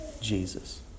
Jesus